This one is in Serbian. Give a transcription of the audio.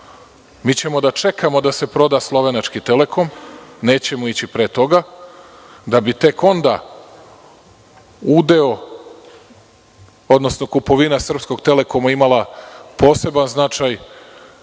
Mi ćemo da čekamo da se proda Slovenački „Telekom“, nećemo ići pre toga, da bi tek onda udeo, odnosno kupovina srpskog „Telekoma“ imala poseban značaj